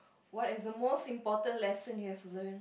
what is the most important lesson you have learnt